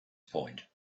point